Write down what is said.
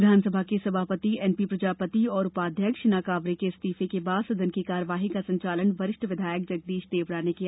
विधानसभा के सभापति N P Prajapati और उपाध्यक्ष हिना कांवरे के इस्तीफे के बाद सदन की कार्यवाही का संचालन वरिष्ठ विधायक जगदीश देवड़ा ने किया